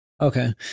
Okay